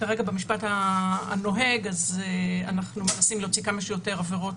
במשפט הנוהג אז אנחנו מנסים להוציא כמה שיותר עבירות.